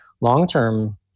long-term